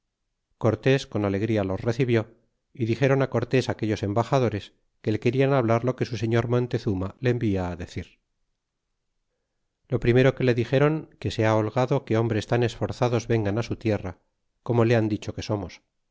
cortés con alegria los recibió y dixéron cortés aquellos embaxadores que le querian hablar lo que su señor montezuma le envia decir y lo primero que le dixéron que se ha holgado que hombres tan esforzados vengan su tierra como le han dicho que somos